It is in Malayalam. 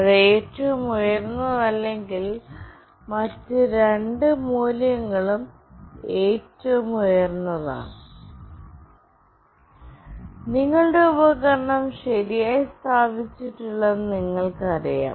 അത് ഏറ്റവും ഉയർന്നതല്ലെങ്കിൽ മറ്റ് രണ്ട് മൂല്യങ്ങളും ഏറ്റവും ഉയർന്നതാണ് നിങ്ങളുടെ ഉപകരണം ശരിയായി സ്ഥാപിച്ചിട്ടില്ലെന്ന് നിങ്ങൾക്കറിയാം